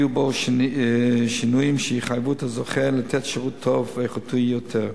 יהיו בו שינויים שיחייבו את הזוכה לתת שירות טוב ואיכותי יותר.